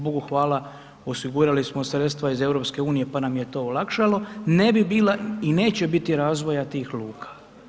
Bogu hvala, osigurali smo sredstava iz EU, pa nam je to olakšalo, ne bi bila i neće biti razvoja tih luka.